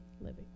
living